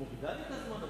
את מורידה לי את הזמן,